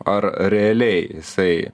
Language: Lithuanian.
ar realiai jisai